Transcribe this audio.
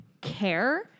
care